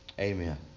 Amen